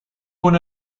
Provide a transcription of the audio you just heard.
con